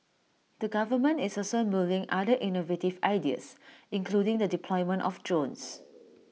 the government is also mulling other innovative ideas including the deployment of drones